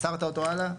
מסרת אותו הלאה,